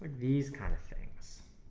these kind of things